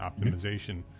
optimization